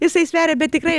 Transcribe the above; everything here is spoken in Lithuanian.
jisai sveria bet tikrai